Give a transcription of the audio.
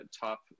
top